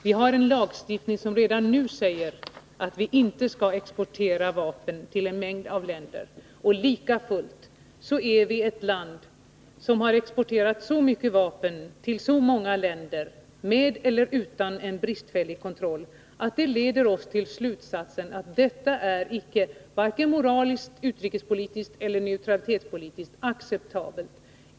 Vi har en lagstiftning som redan nu säger att vi inte skall exportera vapen till en mängd länder, och likafullt är vi ett land som har exporterat så mycket vapen till så många länder, med bristfällig — eller ingen — kontroll, att det leder till slutsatsen att detta icke är vare sig moraliskt, utrikespolitiskt eller neutralitetspolitiskt acceptabelt.